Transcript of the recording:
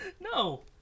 No